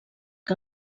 que